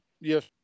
Yes